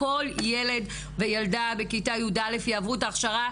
כל ילד וילדה בכיתה י"א יעברו את ההכשרה,